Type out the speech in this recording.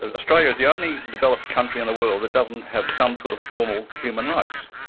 ah australia is the only developed country in the world that doesn't have some sort of formal human rights.